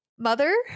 Mother